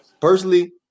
Personally